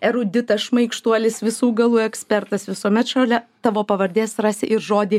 eruditas šmaikštuolis visų galų ekspertas visuomet šalia tavo pavardės rasi ir žodį